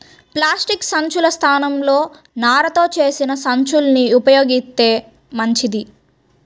plastic సంచుల స్థానంలో నారతో చేసిన సంచుల్ని ఉపయోగిత్తే మంచిది